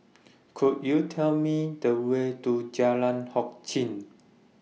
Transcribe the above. Could YOU Tell Me The Way to Jalan Hock Chye